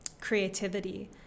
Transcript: creativity